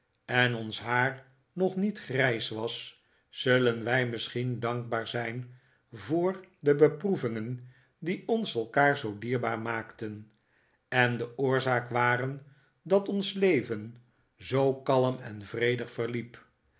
en ons haar nog niet grijs was zullen wij misschien dankbaar zijn voor de beproevingen die oils elkaar zoo dierbaar maakten en de oorzaak waren dat ons leven zoo kalm en vredig verhep